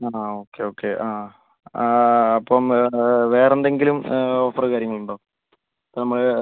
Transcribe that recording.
ആ okay okay ആ അപ്പം വേറെന്തെങ്കിലും ഓഫർ കാര്യങ്ങളുണ്ടോ നമ്മൾ